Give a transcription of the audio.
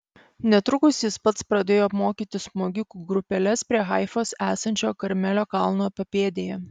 netrukus jis pats pradėjo apmokyti smogikų grupeles prie haifos esančio karmelio kalno papėdėje